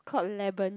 called